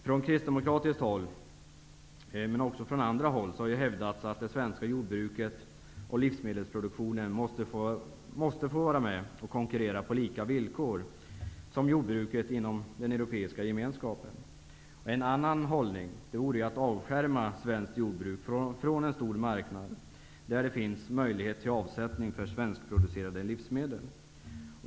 Från kristdemokratiskt håll, och även från andra håll, har det hävdats att det svenska jordbruket och livsmedelsproduktionen måste få vara med och konkurrera på lika villkor som jordbruket inom den europeiska gemenskapen. En annan hållning vore att avskärma svenskt jordbruk från en stor marknad där det finns möjlighet till avsättning för svenskproducerade livsmedel.